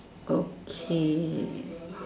okay